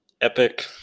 epic